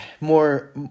more